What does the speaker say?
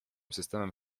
systemem